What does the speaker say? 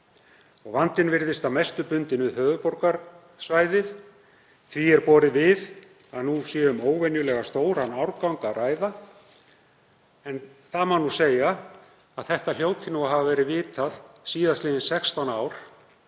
Vandinn virðist að mestu bundinn við höfuðborgarsvæðið. Því er borið við að nú sé um óvenjulega stóran árgang að ræða en má segja að það hljóti að hafa verið vitað síðastliðin 16 ár